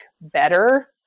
better